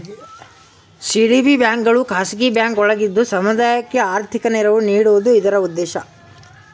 CDB ಬ್ಯಾಂಕ್ಗಳು ಖಾಸಗಿ bank ಒಳಗಿದ್ದು ಸಮುದಾಯಕ್ಕೆ ಆರ್ಥಿಕ ನೆರವು ನೀಡುವುದು ಇದರ ಉದ್ದೇಶ